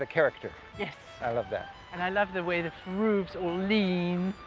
ah character. yes. i love that. and i love the way the roofs all lean.